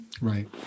Right